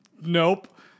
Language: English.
Nope